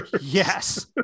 yes